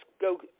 go